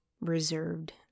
reserved